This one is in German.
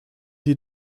die